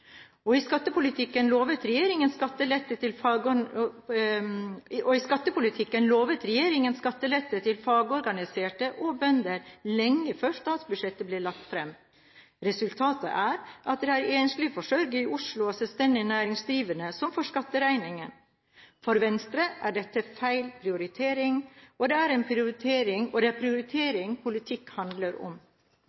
kr. I skattepolitikken lovet regjeringen skattelette til fagorganiserte og bønder lenge før statsbudsjettet ble lagt fram. Resultatet er at det er enslige forsørgere i Oslo og selvstendig næringsdrivende som får skatteregningen. For Venstre er dette feil prioritering, og det er prioritering politikk handler om. Venstres hovedprioritet i sitt alternative statsbudsjett er flere arbeidsplasser og flere i arbeid. Vi omprioriterer nær 9 mrd. kr i en